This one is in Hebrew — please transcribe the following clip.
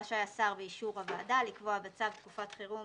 רשאי השר באישור הוועדה לקבוע בצו תקופת חירום